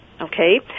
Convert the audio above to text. okay